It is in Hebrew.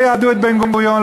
לא ידעו את בן-גוריון,